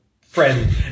friend